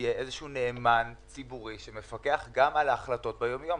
שיהיה איזשהו נאמן ציבורי שמפקח גם על ההחלטות ביום יום.